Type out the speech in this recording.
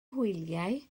hwyliau